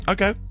Okay